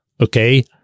okay